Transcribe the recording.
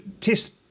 test